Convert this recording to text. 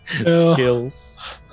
skills